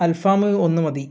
അൽഫാമ് ഒന്ന് മതി